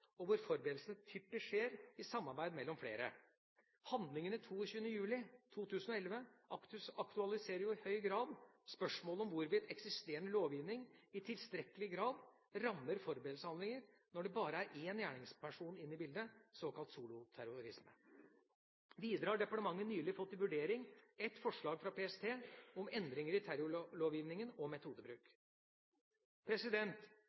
og hvor forberedelsene typisk skjer i samarbeid mellom flere. Handlingene 22. juli 2011 aktualiserer i høy grad spørsmålet om hvorvidt eksisterende lovgivning i tilstrekkelig grad rammer forberedelseshandlinger når det bare er én gjerningsperson inne i bildet, såkalt soloterrorisme. Videre har departementet nylig fått til vurdering et forslag fra PST om endringer i terrorlovgivning og